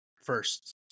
first